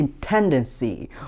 tendency